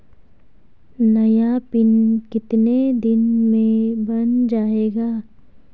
नया पिन कितने दिन में बन जायेगा?